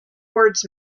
words